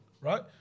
right